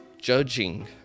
judging